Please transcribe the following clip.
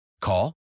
Call